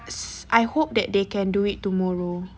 I hope that they can do it tomorrow